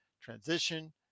transition